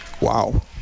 wow